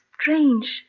strange